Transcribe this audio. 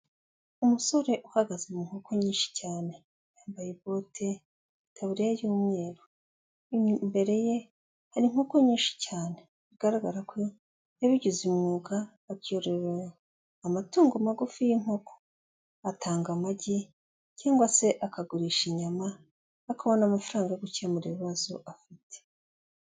Umusore uhagaze mu nkoko nyinshi cyane, yambaye bote, itaburiya y'umweru, imbere ye hari inkoko nyinshi cyane bigaragara ko yabigize umwuga, yorora amatungo magufi y'inkoko, atanga amagi, cyangwa se akagurisha inyama akabona amafaranga yo gukemura ibibazo afite.